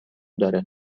داره